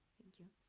thank you.